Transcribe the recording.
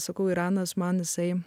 sakau iranas man jisai